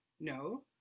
No